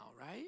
right